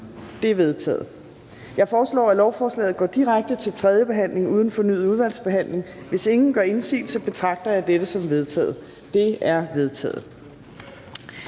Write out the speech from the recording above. De er vedtaget. Jeg foreslår, at lovforslaget går direkte til tredje behandling uden fornyet udvalgsbehandling. Hvis ingen gør indsigelse, betragter jeg dette som vedtaget. Det er vedtaget.